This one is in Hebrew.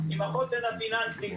עם החוסן הפיננסי,